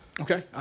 Okay